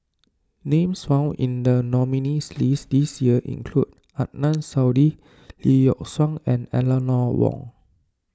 names found in the nominees' list this year include Adnan Saidi Lee Yock Suan and Eleanor Wong